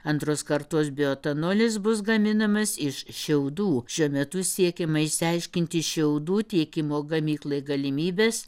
antros kartos bioetanolis bus gaminamas iš šiaudų šiuo metu siekiama išsiaiškinti šiaudų tiekimo gamyklai galimybes